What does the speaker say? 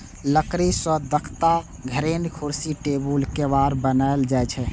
लकड़ी सं तख्ता, धरेन, कुर्सी, टेबुल, केबाड़ बनाएल जाइ छै